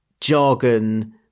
jargon